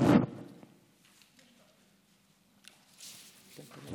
גברתי היושבת בראש, כנסת